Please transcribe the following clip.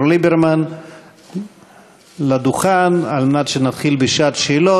ליברמן לדוכן על מנת שנתחיל בשעת שאלות.